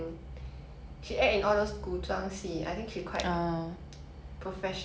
suitable to act in 古装戏 loh ya